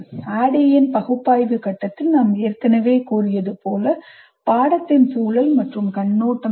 ADDIE இன் பகுப்பாய்வு கட்டத்தில் நாம் ஏற்கனவே கூறியது போல பாடத்தின் சூழல் மற்றும் கண்ணோட்டம் என்ன